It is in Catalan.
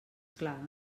clar